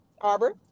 Arbor